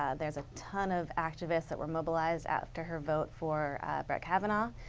ah there is a ton of activists that were mobilized after her vote for brett kavanagh.